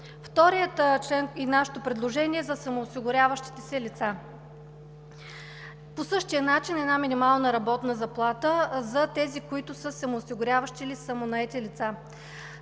Вторият член и нашето предложение за самоосигуряващите се лица. По същия начин – една минимална работна заплата за тези, които са самоосигуряващи или самонаети лица.